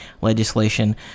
legislation